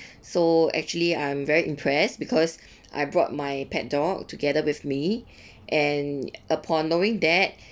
so actually I'm very impressed because I brought my pet dog together with me and upon knowing that